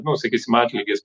nu sakysim atlygis